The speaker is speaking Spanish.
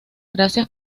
gracias